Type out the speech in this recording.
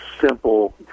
simple